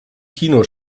kino